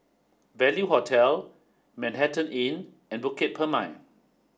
value Hotel Manhattan Inn and Bukit Purmei